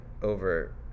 over